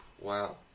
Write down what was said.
Wow